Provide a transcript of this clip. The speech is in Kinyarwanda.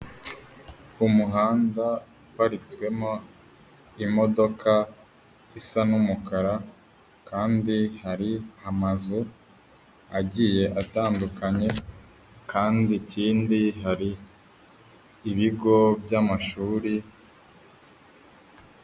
Umuhanda uparitswemo imodoka isa n'umukara kandi hari amazu agiye atandukanye kandi ikindi hari ibigo by'amashuri.